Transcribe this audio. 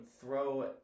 throw